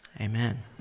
amen